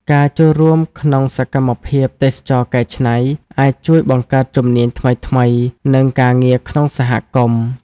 ការចូលរួមក្នុងសកម្មភាពទេសចរណ៍កែច្នៃ អាចជួយបង្កើតជំនាញថ្មីៗ និងការងារក្នុងសហគមន៍។